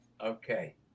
Okay